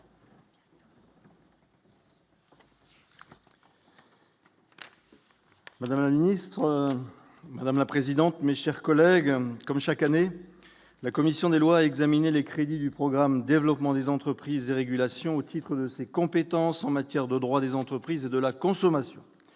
Madame la ministre, madame la présidente, mais, chers collègues, comme chaque année, la commission des lois, examiner les crédits du programme développement des entreprises régulation au titre de ses compétences en matière de droits des entreprises et de la consommation,